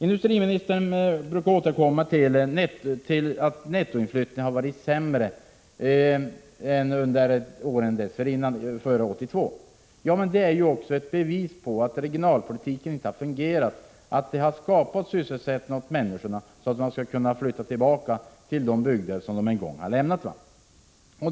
Industriministern återkommer till att nettoinflyttningen har varit sämre än under åren före 1982. Det är också ett bevis på att regionalpolitiken inte fungerat, att det inte har skapats sysselsättning åt människorna så att de skall kunna flytta tillbaka till de bygder som de en gång har lämnat.